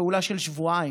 פעולה של שבועיים,